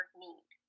need